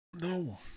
No